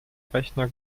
rechner